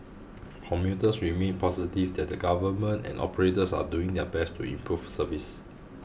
commuters remained positive that the government and operators are doing their best to improve service